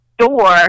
Store